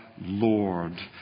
Lord